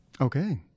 okay